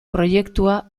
proiektua